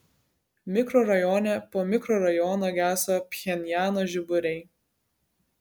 mikrorajone po mikrorajono geso pchenjano žiburiai